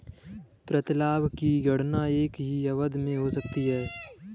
प्रतिलाभ की गणना एक ही अवधि में हो सकती है